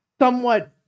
somewhat